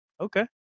Okay